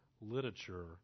literature